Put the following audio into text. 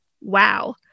wow